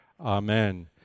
Amen